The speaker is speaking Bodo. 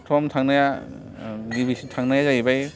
प्रथम थांनाया गिबिसिन थांनाया जाहैबाय